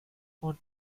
und